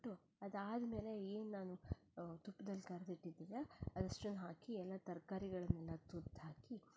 ಅದಾದ್ಮೇಲೆ ಏನು ನಾನು ತುಪ್ಪದಲ್ಲಿ ಕರೆದಿಟ್ಟಿದ್ದೀನಿ ಅಷ್ಟನ್ನೂ ಹಾಕಿ ಎಲ್ಲ ತರಕಾರಿಗಳನ್ನೆಲ್ಲ ತುರಿದು ಹಾಕಿ